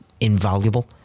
invaluable